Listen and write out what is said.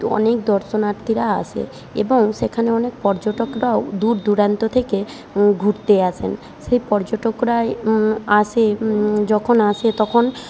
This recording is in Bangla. অনেক দর্শনার্থীরা আসে এবং সেখানে অনেক পর্যটকরাও দূর দূরান্ত থেকে ঘুরতে আসেন সেই পর্যটকরা আসে যখন আসে তখন